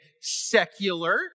secular